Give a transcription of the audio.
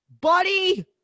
Buddy